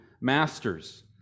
masters